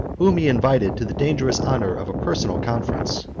whom he invited to the dangerous honor of a personal conference.